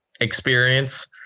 experience